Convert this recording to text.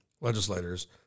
legislators